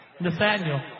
Nathaniel